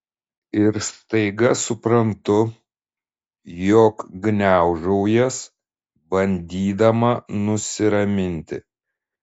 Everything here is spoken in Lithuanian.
ir staiga suprantu jog gniaužau jas bandydama nusiraminti